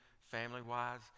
family-wise